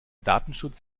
datenschutz